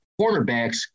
cornerbacks